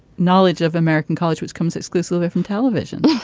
knowledge of american college, which comes exclusively from television